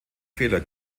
fehler